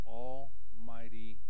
almighty